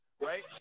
right